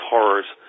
Horrors